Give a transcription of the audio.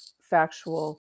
factual